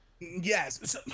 Yes